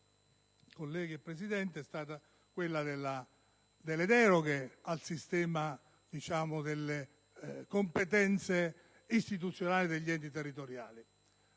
colleghi, è stata quella delle deroghe al sistema delle competenze istituzionali degli enti territoriali.